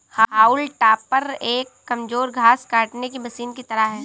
हाउल topper एक कमजोर घास काटने की मशीन की तरह है